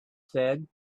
said